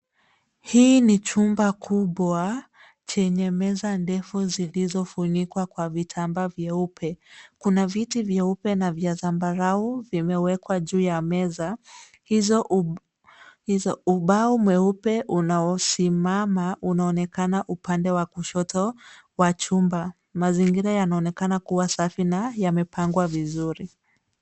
Hii ni chumba kubwa chenye meza ndefu zilizofunikwa kwa vitambaa vyeupe. Kuna viti vyeupe na vya zambarau vimewekwa juu ya meza. Hizo ubao mweupe unaosimama unaonekana upande wa kushoto wa chumba. Mazingira yanaonekana kuwa safi na yamepangwa vizuri.